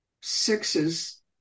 sixes